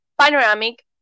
panoramic